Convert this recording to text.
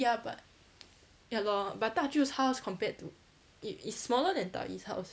ya but ya lor but 大舅 house compared to it is smaller than 大姨 house